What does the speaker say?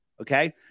Okay